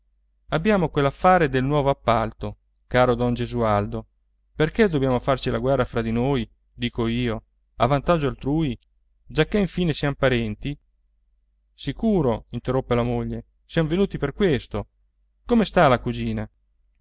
abbiamo quell'affare del nuovo appalto caro don gesualdo perché dobbiamo farci la guerra fra di noi dico io a vantaggio altrui giacchè infine siamo parenti sicuro interruppe la moglie siamo venuti per questo come sta la cugina